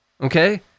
Okay